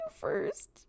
first